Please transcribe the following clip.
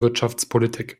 wirtschaftspolitik